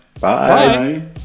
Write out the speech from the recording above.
Bye